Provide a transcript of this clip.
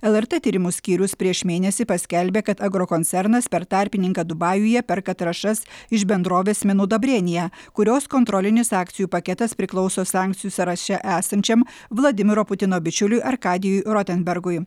lrt tyrimų skyrius prieš mėnesį paskelbė kad agrokoncernas per tarpininką dubajuje perka trąšas iš bendrovės minudobrėnija kurios kontrolinis akcijų paketas priklauso sankcijų sąraše esančiam vladimiro putino bičiuliui arkadijui rotenbergui